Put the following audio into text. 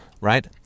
right